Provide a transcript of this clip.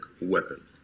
weapon